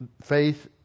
faith